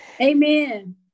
amen